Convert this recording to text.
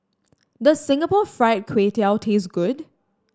does Singapore Fried Kway Tiao taste good